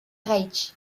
reich